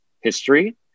history